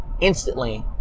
instantly